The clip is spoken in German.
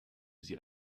sie